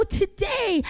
today